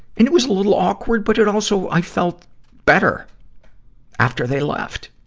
and it was a little awkward, but it also, i felt better after they left.